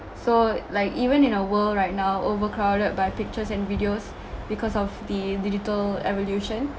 so like even in the world right now overcrowded by pictures and videos because of the digital evolution